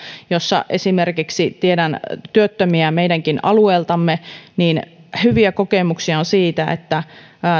jossa esimerkiksi tiedän työttömiä meidänkin alueeltamme on hyviä kokemuksia siitä että